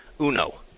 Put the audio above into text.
UNO